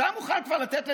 בואו ניתן לו